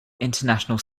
international